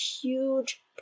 huge